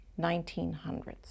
1900s